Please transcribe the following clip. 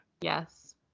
yes